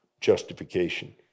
justification